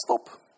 stop